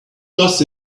just